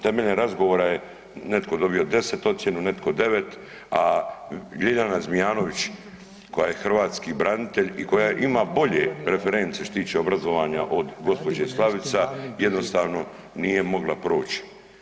Temeljem razgovora je netko dobio 10 ocjenu, netko 9, a Ljiljana Zmijanović koja je hrvatski branitelj i koja ima bolje reference što se tiče obrazovanja od gospođe Slavica jednostavno nije mogla proći.